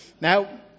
Now